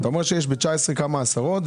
אתה אומר שיש ב-2019 כמה עשרות,